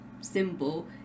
symbol